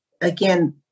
again